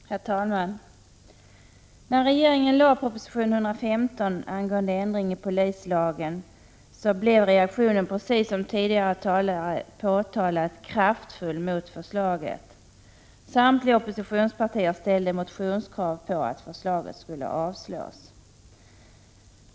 Herr talman! När regeringen lade fram proposition 115 angående ändring i polislagen blev reaktionen, precis som tidigare talare framhållit, kraftig mot förslaget. Samtliga oppositionspartier ställde motionskrav på att förslaget skulle avslås.